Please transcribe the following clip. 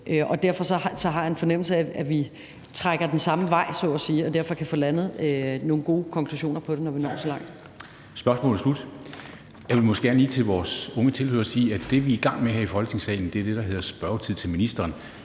og derfor har jeg en fornemmelse af, at vi trækker i samme retning, så at sige, og derfor kan få landet nogle gode konklusioner på det, når vi når så langt. Kl. 13:13 Formanden (Henrik Dam Kristensen): Spørgsmålet er slut. Jeg vil måske gerne lige til vores unge tilhørere sige, at det, vi er i gang med her i Folketingssalen, er det, der hedder spørgetid til ministrene.